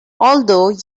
although